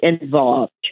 involved